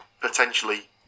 potentially